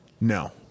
No